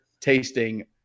tasting